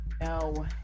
No